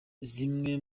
zimwe